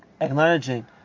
acknowledging